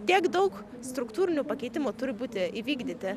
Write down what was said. tiek daug struktūrinių pakeitimų turi būti įvykdyti